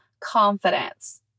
confidence